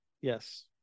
Yes